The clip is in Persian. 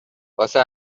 واسه